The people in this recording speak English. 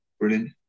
Brilliant